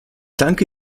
danke